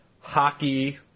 hockey